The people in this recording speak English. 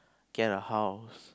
get a house